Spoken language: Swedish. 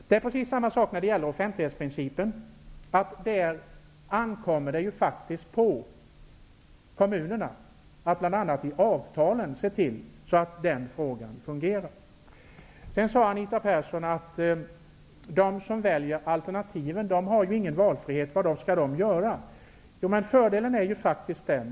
Det är samma sak med offentlighetsprincipen, dvs. att det ankommer på kommunerna att bl.a. i avtalen se till att det fungerar. Sedan sade Anita Persson att de som väljer alternativen inte har någon valfrihet, och hon frågar vad de skall göra.